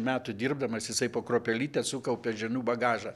metų dirbdamas jisai po kruopelytę sukaupia žinių bagažą